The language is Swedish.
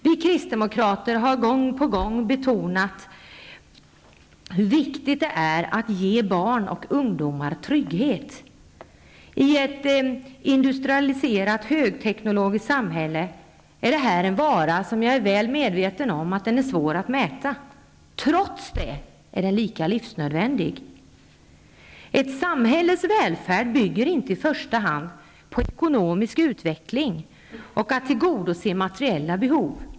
Vi kristdemokrater har gång på gång betonat hur viktigt det är att ge barn och ungdomar trygghet. I ett industrialiserat högteknologiskt samhälle är detta en vara som är svår att mäta, det är jag medveten om. Trots det är den lika livsnödvändig. Ett samhälles välfärd bygger inte i första hand på ekonomisk utveckling och att tillgodose materiella behov.